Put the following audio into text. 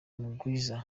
mugwiza